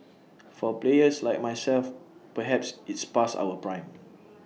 for players like myself perhaps it's past our prime